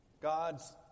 God's